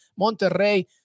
monterrey